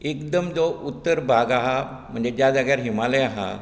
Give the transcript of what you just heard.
एकदम जो उत्तर भाग आहा म्हणजे ज्या जाग्यार हिमालय आहा